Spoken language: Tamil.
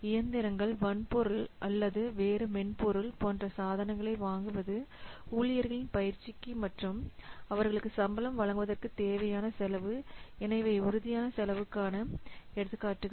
இயந்திரங்கள் வன்பொருள் அல்லது வேறு மென்பொருள் போன்ற சாதனங்களை வாங்குவது ஊழியர்களின் பயிற்சிக்கு மற்றும் அவர்களுக்கு சம்பளம் வழங்குவதற்குத் தேவையான செலவு என இவை உறுதியான செலவுக்கான எடுத்துக்காட்டுகள்